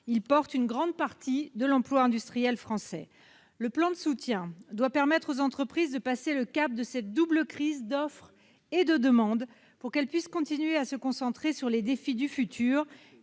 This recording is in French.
Une grande partie de l'emploi industriel français en dépend. Le plan de soutien doit permettre aux entreprises de passer le cap de cette double crise d'offre et de demande, pour qu'elles puissent continuer à se concentrer sur les défis du futur